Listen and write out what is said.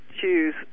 choose